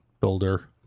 Builder